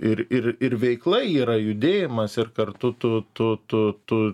ir ir ir veikla yra judėjimas ir kartu tu tu tu tu